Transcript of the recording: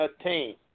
attain